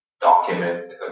document